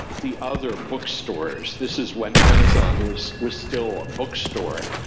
the other bookstores, this is when amazon was was still a bookstore,